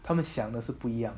他们想的是不一样